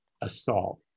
assault